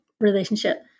relationship